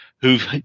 who've